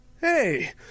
Hey